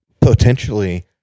potentially